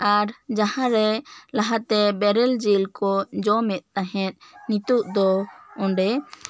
ᱟᱨ ᱢᱟᱦᱟᱸ ᱨᱮ ᱞᱟᱦᱟᱛᱮ ᱵᱮᱨᱮᱞ ᱡᱤᱞ ᱠᱚ ᱡᱚᱢ ᱮᱫ ᱛᱟᱦᱮᱸᱜ ᱱᱤᱛᱚᱜ ᱫᱚ ᱚᱸᱰᱮ